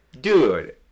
Dude